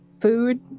food